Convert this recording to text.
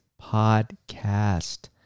podcast